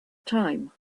time